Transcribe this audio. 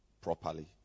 properly